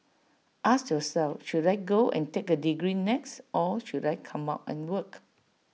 ask yourself should I go and take A degree next or should I come out and work